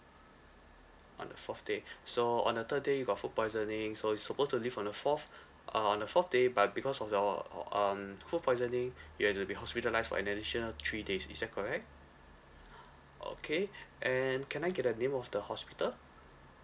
on the fourth day so on the third day you got food poisoning so you supposed to leave on the fourth uh on the fourth day but because of your uh um food poisoning you had to be hospitalised for an additional three days is that correct okay and can I get the name of the hospital